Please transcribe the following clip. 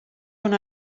una